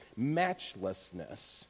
matchlessness